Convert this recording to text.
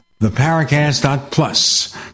theparacast.plus